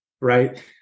right